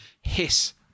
hiss